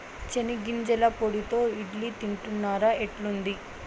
చెనిగ్గింజల పొడితో ఇడ్లీ తింటున్నారా, ఎట్లుంది